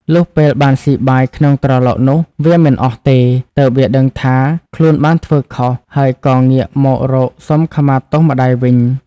លុះពេលបានស៊ីបាយក្នុងត្រឡោកនោះ វាមិនអស់ទេ ទើបវាដឹងថាខ្លួនបានធ្វើខុស ហើយក៏ងាកមករកសុំខមាទោសម្តាយវិញ។